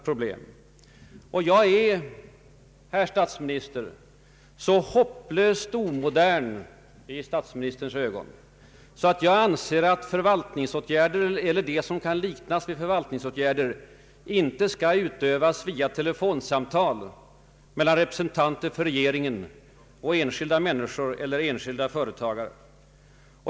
valutaregleringen, m.m. omodern — åtminstone i statsministerns ögon — att jag anser att förvaltningsatgärder eller det som kan uppfattas som förvaltningsåtgärder inte skall företagas via telefonsamtal mellan representanter för regeringen och enskilda människor eller företag.